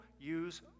use